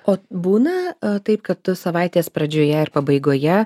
o būna taip kad tu savaitės pradžioje ir pabaigoje